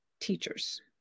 teachers